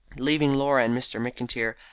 leaving laura and mr. mcintyre,